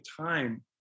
time